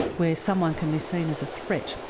where someone can be seen as a threat.